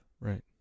Right